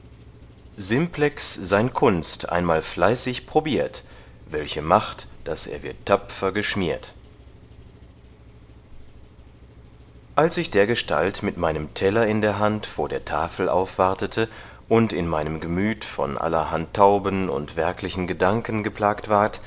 simplex sein kunst einmal fleißig probiert welche macht daß er wird tapfer geschmiert als ich dergestalt mit einem teller in der hand vor der tafel aufwartete und in meinem gemüt von allerhand tauben und werklichen gedanken geplagt ward